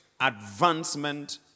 advancement